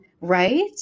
right